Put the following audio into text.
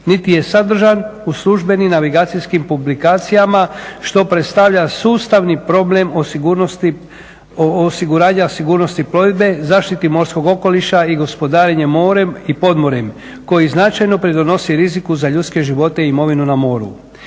niti je sadržan u službenim navigacijskim publikacijama što predstavlja sustavni problem o sigurnosti, osiguranja sigurnosti plovidbe, zaštiti morskog okoliša i gospodarenja more i podmorjem koji značajno pridonosi riziku za ljudske živote i imovinu na moru.